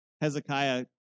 Hezekiah